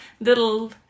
little